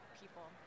people